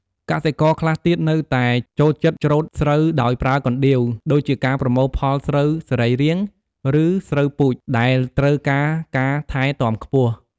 កសិករខ្លះទៀតនៅតែចូលចិត្តច្រូតស្រូវដោយប្រើណ្ដៀវ ដូចជាការប្រមូលផលស្រូវសរីរាង្គ ឬស្រូវពូជ ដែលត្រូវការការថែទាំខ្ពស់។